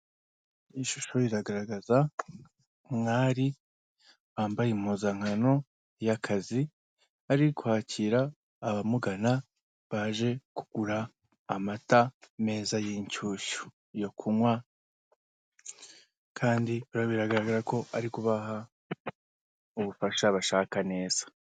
Iyi shusho rigaragaza mwari, wambaye impuzankano y'akazi, ari kwakira abamugana baje kugura amata meza y'inshyushyu yo kunywa kandi bigaragara ko ari kubaha ubufasha bashaka neza.